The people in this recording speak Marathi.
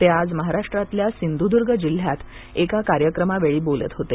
ते आज महाराष्ट्रातल्या सिंधुदुर्ग जिल्ह्यात एका कार्यक्रमावेळी बोलत होते